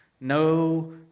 no